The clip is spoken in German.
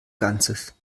ganzes